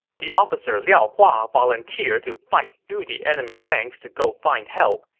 the officer liao hua volunteered to fight through the enemy ranks to go find help,